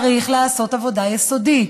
צריך לעשות עבודה יסודית,